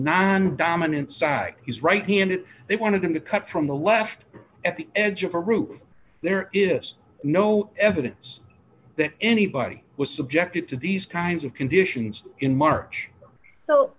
non dominant side his right hand it they wanted him to cut from the left at the edge of a roof there is no evidence that anybody was subjected to these kinds of conditions in march